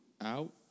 out